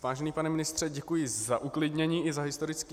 Vážený pane ministře, děkuji za uklidnění i za historický exkurz.